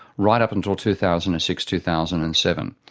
right up until two thousand and six two thousand and seven.